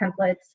templates